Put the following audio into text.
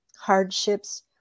hardships